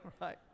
right